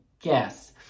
guess